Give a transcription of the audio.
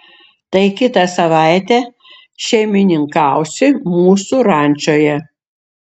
tai kitą savaitę šeimininkausi mūsų rančoje